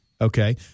Okay